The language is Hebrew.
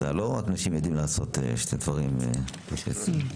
לא רק נשים יודעות לעשות שני דברים בבת אחת,